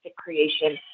creation